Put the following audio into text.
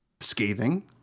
scathing